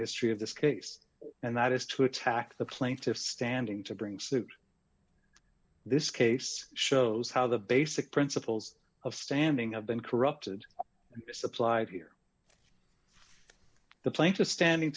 history of this case and that is to attack the plaintiffs standing to bring suit this case shows how the basic principles of standing up been corrupted and misapplied here the plan to standing